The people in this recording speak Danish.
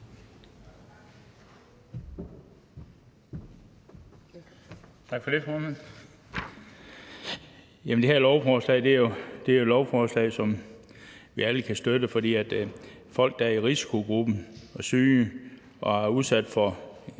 Det her lovforslag er jo et lovforslag, som vi alle kan støtte, fordi folk, der er i risikogruppen og er syge og nemt kan